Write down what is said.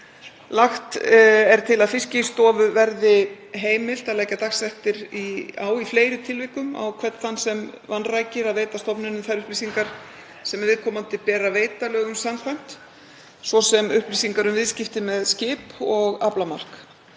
Lagt er til að Fiskistofu verði heimilt að leggja dagsektir á í fleiri tilvikum, á hvern þann sem vanrækir að veita stofnuninni þær upplýsingar sem viðkomandi ber að veita lögum samkvæmt, svo sem upplýsingar um viðskipti með skip og aflamark.